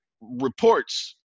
reports